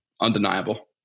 undeniable